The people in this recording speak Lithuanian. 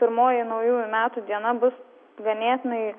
pirmoji naujųjų metų diena bus ganėtinai